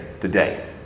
today